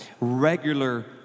regular